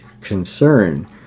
concern